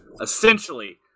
essentially